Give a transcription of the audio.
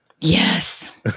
Yes